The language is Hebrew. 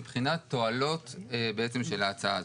מבחינת תועלות של ההצעה הזאת.